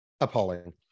appalling